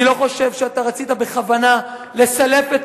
אני לא חושב שאתה רצית בכוונה לסלף את